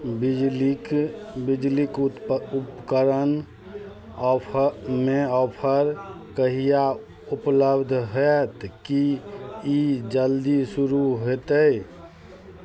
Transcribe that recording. बिजलीके बिजलीके उतप उपकरण ऑफरमे ऑफर कहिआ उपलब्ध हैत कि ई जल्दी शुरू हेतै